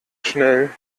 schnell